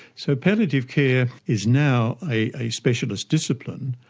so palliative care is now a specialist discipline,